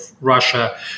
Russia